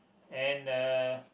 and uh